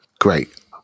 great